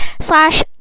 slash